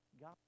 God